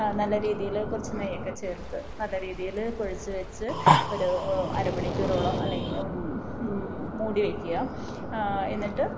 നല്ല രീതിയിൽ കുറച്ച് നെയ്യൊക്കെ ചേർത്ത് നല്ല രീതിയിൽ കുഴച്ച് വെച്ച് ഒരു അരമണിക്കൂറോളം അല്ലെ മൂടിവെക്കുക എന്നിട്ട്